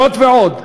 זאת ועוד,